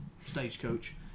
stagecoach